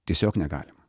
tiesiog negalima